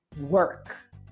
work